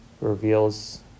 reveals